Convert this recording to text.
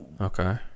Okay